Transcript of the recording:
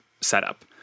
setup